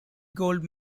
gold